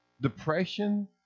depression